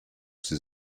sie